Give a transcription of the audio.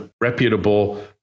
reputable